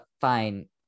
Fine